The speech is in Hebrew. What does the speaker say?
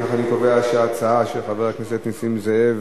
לפיכך, אני קובע שההצעה של חבר הכנסת נסים זאב: